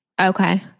Okay